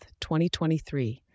2023